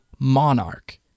Monarch